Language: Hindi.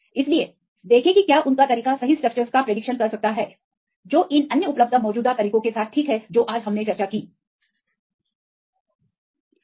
इसलिए देखें कि क्या उनका तरीका सही स्ट्रक्चरस की भविष्यवाणी कर सकता है जो इन अन्य उपलब्ध मौजूदा तरीकों के साथ ठीक है जो आज हमने चर्चा की है